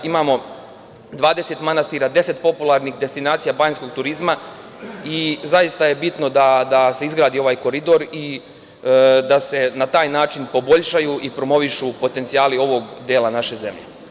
Imamo 20 manastira, 10 popularnih destinacija banjskog turizma i bitno je da se izgradi ovaj koridor i da se na taj način poboljšaju i promovišu potencijali ovog dela naše zemlje.